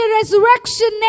resurrection